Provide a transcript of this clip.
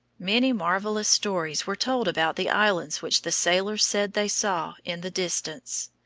many marvelous stories were told about the islands which the sailors said they saw in the distance.